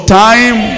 time